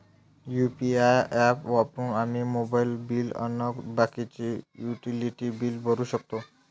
UPI app वापरून आम्ही mobile bill अन बाकीचे युटिलिटी बिल भरू शकतो